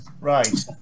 Right